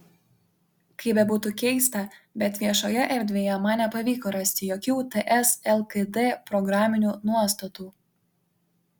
kaip bebūtų keista bet viešoje erdvėje man nepavyko rasti jokių ts lkd programinių nuostatų